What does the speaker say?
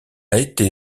été